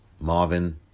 Marvin